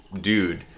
dude